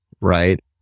right